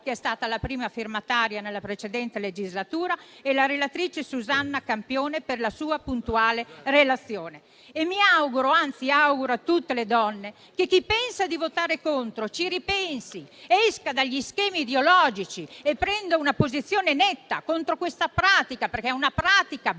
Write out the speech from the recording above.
che è stata la prima firmataria nella precedente legislatura, e la relatrice Susanna Campione, per la sua puntuale relazione. Mi auguro, anzi auguro a tutte le donne, che chi pensa di votare contro ci ripensi, esca dagli schemi ideologici e prenda una posizione netta contro questa che è una pratica barbara,